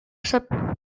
sap